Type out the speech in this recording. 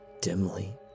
dimly